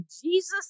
Jesus